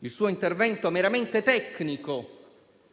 il suo intervento meramente tecnico,